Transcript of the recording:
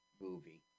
movie